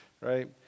right